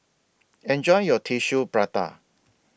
Enjoy your Tissue Prata